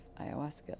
ayahuasca